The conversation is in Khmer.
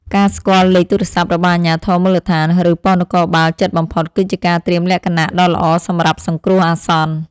ការស្គាល់លេខទូរស័ព្ទរបស់អាជ្ញាធរមូលដ្ឋាន ឬប៉ុស្តិ៍នគរបាលជិតបំផុតគឺជាការត្រៀមលក្ខណៈដ៏ល្អសម្រាប់សង្គ្រោះអាសន្ន។